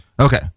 Okay